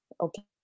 Okay